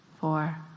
four